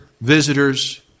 visitors